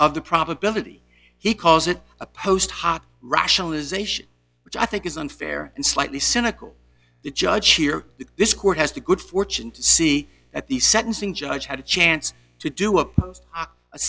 of the probability he calls it a post hoc rationalization which i think is unfair and slightly cynical the judge here in this court has the good fortune to see that the sentencing judge had a chance to do a a